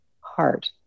heart